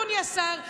אדוני השר,